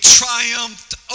triumphed